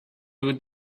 would